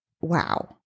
Wow